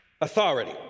authority